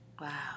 Wow